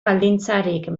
baldintzarik